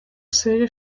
seja